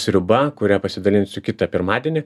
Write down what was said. sriuba kuria pasidalinsiu kitą pirmadienį